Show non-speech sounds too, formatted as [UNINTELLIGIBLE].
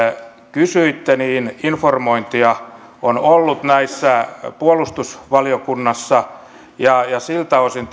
kysyitte niin informointia on ollut puolustusvaliokunnassa ja siltä osin [UNINTELLIGIBLE]